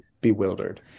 bewildered